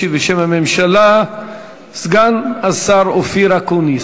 ישיב בשם הממשלה סגן השר אופיר אקוניס.